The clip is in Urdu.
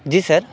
جی سر